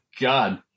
God